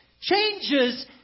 changes